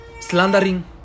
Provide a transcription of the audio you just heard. slandering